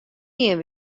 gien